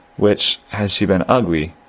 which, had she been ugly,